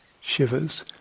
shivers